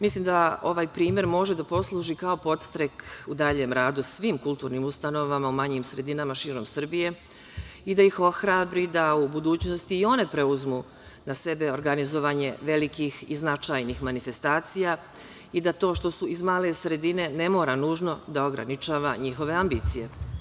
Mislim da ovaj primer može da posluži kao podstrek u daljem radu svim kulturnim ustanovama u manjim sredinama širom Srbije i da ih ohrabri da u budućnosti i one preuzmu na sebe organizovanje velikih i značajnih manifestacija i da to što su iz male sredine ne mora nužno da ograničava njihove ambicije.